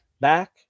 back